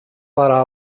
παρά